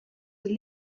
the